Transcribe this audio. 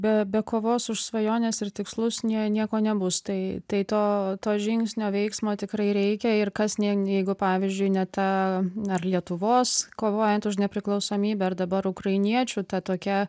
be be kovos už svajones ir tikslus nie nieko nebus tai tai to to žingsnio veiksmo tikrai reikia ir kas ne jeigu pavyzdžiui ne ta ar lietuvos kovojant už nepriklausomybę ar dabar ukrainiečių ta tokia